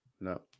No